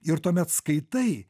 ir tuomet skaitai